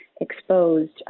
exposed